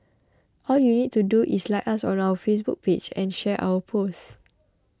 all you need to do is like us on our Facebook page and share our post